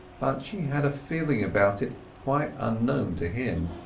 but she had a feeling about it quite unknown to him.